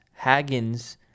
Haggins